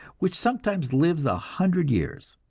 which sometimes lives a hundred years.